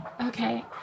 Okay